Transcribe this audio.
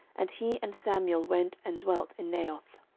and he and samuel went and dwelt in naioth.